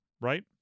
right